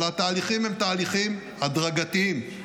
אבל תהליכים הם תהליכים הדרגתיים.